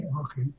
okay